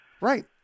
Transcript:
Right